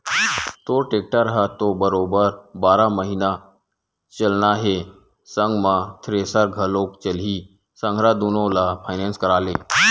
तोर टेक्टर ह तो बरोबर बारह महिना चलना हे संग म थेरेसर घलोक चलही संघरा दुनो ल फायनेंस करा ले